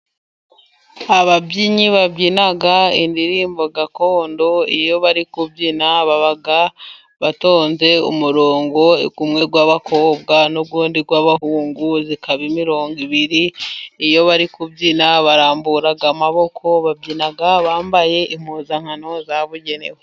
Ababyinnyi babyina indirimbo gakondo iyo bari kubyina baba batonze umurongo, umwe w'abakobwa n'undi w'abahungu ikaba imirongo ibiri. Iyo bari kubyina barambura amaboko, babyina bambaye impuzankano yabugenewe.